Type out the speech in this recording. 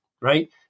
right